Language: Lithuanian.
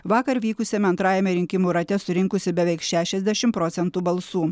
vakar vykusiame antrajame rinkimų rate surinkusi beveik šešiasdešimt procentų balsų